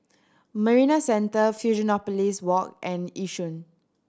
Marina Centre Fusionopolis Walk and Yishun